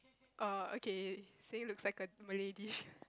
err okay same looks like a Malay dish